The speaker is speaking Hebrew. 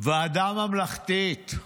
ועדה ממלכתית.